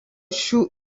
šių